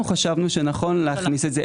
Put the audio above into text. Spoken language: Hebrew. אנחנו חשבנו שנכון להכניס את זה.